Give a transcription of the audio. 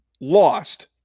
lost